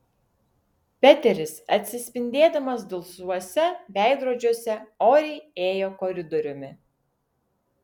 peteris atsispindėdamas dulsvuose veidrodžiuose oriai ėjo koridoriumi